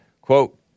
Quote